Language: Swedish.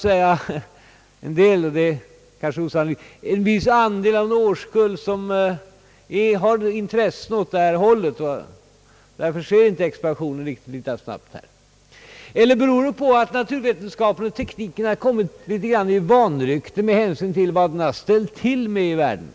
Kan det vara så — ganska osannolikt — att bara en viss andel av varje årskull har intressen åt det hållet, varför expansionen inte är riktigt lika snabb där? Eller kan orsaken vara att naturvetenskapen och tekniken kommit litet grand i vanrykte på grund av vad den har ställt till med i världen?